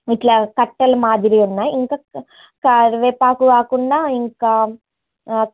ఇలా కట్టలు మాదిరి ఉన్నాయి ఇంకా కరివేపాకు కాకుండా ఇంకా